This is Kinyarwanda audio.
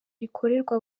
rikorerwa